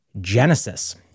Genesis